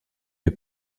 est